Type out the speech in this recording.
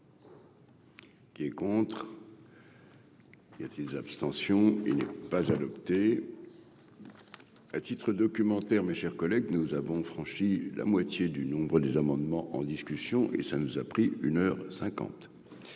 Qui est contre. Y a-t-il des abstentions et ne pas adopté à titre documentaire, mes chers collègues, nous avons franchi la moitié du nombre des amendements en discussion et ça nous a pris une